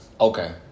Okay